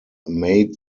made